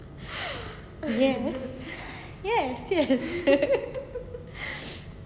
yes yes that's